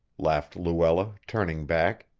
laughed luella, turning back.